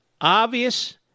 obvious